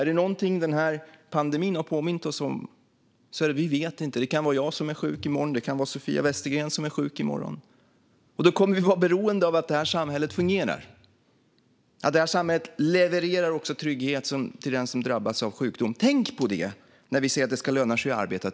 Är det någonting den här pandemin har påmint oss om är det att vi inte vet. Det kan vara jag som är sjuk i morgon. Det kan vara Sofia Westergren som är sjuk i morgon. Då kommer vi att vara beroende av att det här samhället fungerar och levererar trygghet till den som drabbas av sjukdom. Tänk på det när ni säger att det ska löna sig att arbeta!